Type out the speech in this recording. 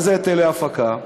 מה זה היטלי הפקה?